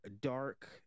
dark